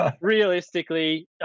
Realistically